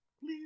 please